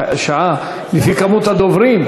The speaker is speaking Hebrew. לפי כמות הדוברים.